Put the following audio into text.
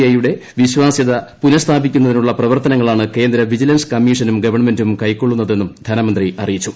ഐയുടെ വിശ്വാസൃത പുനഃസ്ഥാപിക്കുന്നതിനുള്ള പ്രവർത്തനങ്ങളാണ് കേന്ദ്ര വിജിലൻസ് കമ്മീഷനും ഗവൺമെന്റും കൈക്കൊള്ളുന്നതെന്ന് ധനമന്ത്രി അറിയിച്ചു